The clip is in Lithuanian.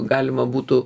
galima būtų